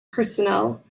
personnel